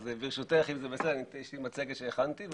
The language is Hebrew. אז ברשותך, אם זה בסדר, יש לי מצגת שהכנתי.